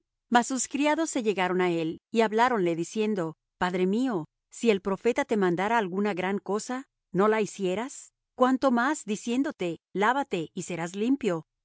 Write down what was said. enojado mas sus criados se llegaron á él y habláronle diciendo padre mío si el profeta te mandara alguna gran cosa no la hicieras cuánto más diciéndote lávate y serás limpio